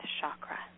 chakra